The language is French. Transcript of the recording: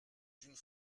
d’une